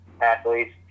athletes